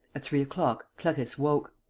at three o'clock clarisse woke.